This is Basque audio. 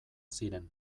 ziren